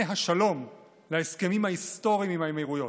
השלום להסכמים ההיסטוריים עם האמירויות?